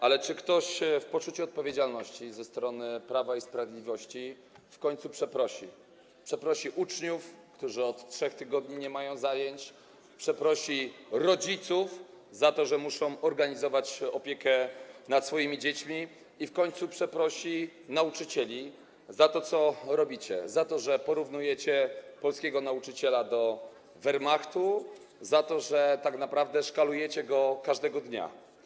Ale czy ktoś w poczuciu odpowiedzialności ze strony Prawa i Sprawiedliwości w końcu przeprosi uczniów, którzy od 3 tygodni nie mają zajęć, przeprosi rodziców za to, że muszą organizować opiekę nad swoimi dziećmi, i w końcu przeprosi nauczycieli za to, co robicie, za to, że porównujecie polskiego nauczyciela do Wehrmachtu, za to, że tak naprawdę szkalujecie go każdego dnia?